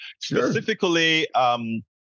Specifically